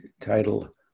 title